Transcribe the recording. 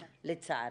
לצערנו,